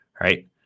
Right